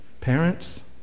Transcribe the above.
Parents